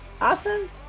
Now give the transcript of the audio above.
Awesome